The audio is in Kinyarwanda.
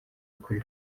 kuri